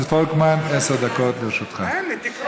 הצעת חוק רישום קבלנים לעבודות הנדסה בנאיות (תיקון,